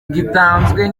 gitanzwe